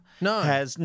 No